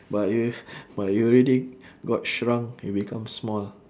but you but you already got shrunk you become small